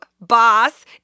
boss